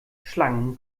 schlangen